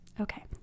okay